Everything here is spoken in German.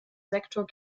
sektor